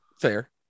fair